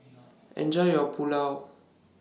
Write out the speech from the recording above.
Enjoy your Pulao